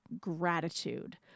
gratitude